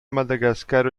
madagascar